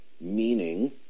meaning